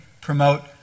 promote